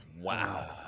Wow